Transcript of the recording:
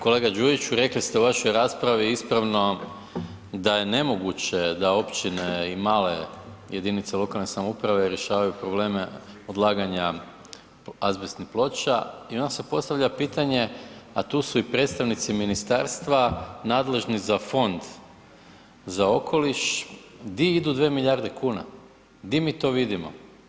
Kolega Đujiću, rekli ste u vašoj raspravi ispravno da je nemoguće da općine i male jedinice lokalne samouprave rješavaju probleme odlaganja azbestnih ploča i onda se postavlja pitanje a tu su i predstavnici ministarstva nadležni za Fon za okoliš, gdje idu 2 milijarde kuna, gdje mi to vidimo.